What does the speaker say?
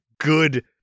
good